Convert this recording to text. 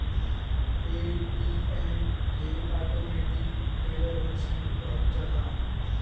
ATM के automatic teller machine कहल जाला